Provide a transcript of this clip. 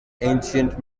ancient